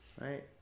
right